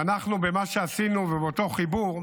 ואנחנו, במה שעשינו, ובאותו חיבור,